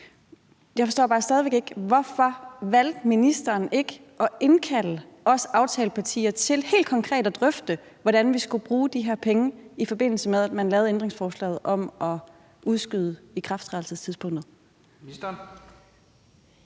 Jeg forstår bare stadig væk ikke, hvorfor ministeren ikke valgte at indkalde os aftalepartier til helt konkret at drøfte, hvordan vi skulle bruge de her penge, i forbindelse med at man lavede ændringsforslaget om at udskyde ikrafttrædelsestidspunktet.